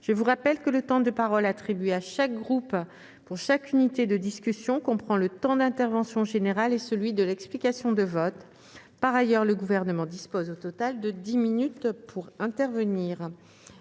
je vous rappelle que le temps de parole attribué à chaque groupe pour chaque discussion comprend le temps de l'intervention générale et celui de l'explication de vote. Par ailleurs, le Gouvernement dispose au total de dix minutes pour intervenir.